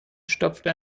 stopfte